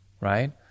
Right